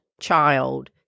child